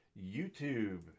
YouTube